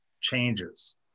changes